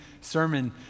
sermon